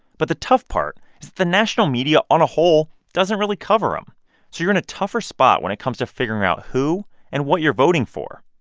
but the tough part is the national media on a whole doesn't really cover them. um so you're in a tougher spot when it comes to figuring out who and what you're voting for.